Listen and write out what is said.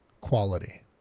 quality